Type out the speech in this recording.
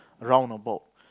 roundabout